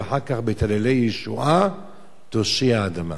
ואחר כך "בטללי ישועה תושיע אדמה".